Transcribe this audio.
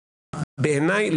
בעיניי,